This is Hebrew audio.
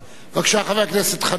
בבקשה, חבר הכנסת חנין.